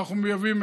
אנחנו מייבאים,